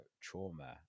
trauma